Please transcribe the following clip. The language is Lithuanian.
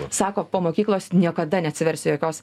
sako po mokyklos niekada neatsiversiu jokios